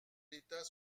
l’état